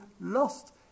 lost